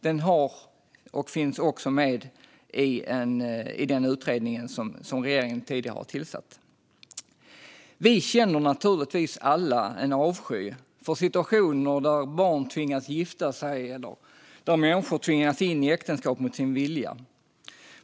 Det har den, och den finns med i utredningen som regeringen tidigare tillsatt. Vi känner naturligtvis alla avsky mot situationer där barn tvingas gifta sig eller där människor tvingas in i äktenskap mot sin vilja.